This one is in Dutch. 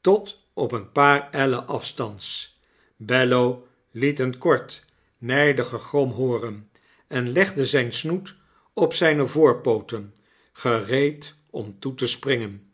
tot op een paar ellen afstands bello liet een kort nydig gegrom hooren en legde zyn snoet op zyne voorpooten gereedom toe te springen